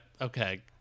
Okay